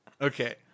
Okay